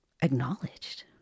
acknowledged